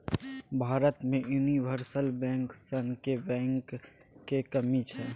भारत मे universal bank सनक बैंकक कमी छै